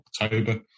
October